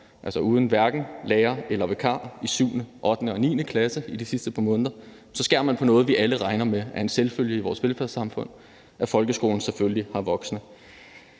altså uden lærer eller vikar i 7., 8. og 9. klasse, i de sidste par måneder, så skærer man på noget, vi alle regner med er en selvfølge i vores velfærdssamfund, nemlig at der i folkeskolen selvfølgelig er voksne.